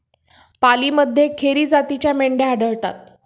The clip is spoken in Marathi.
पालीमध्ये खेरी जातीच्या मेंढ्या आढळतात